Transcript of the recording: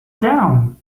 down